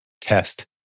test